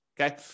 okay